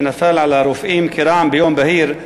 שנפל על הרופאים כרעם ביום בהיר,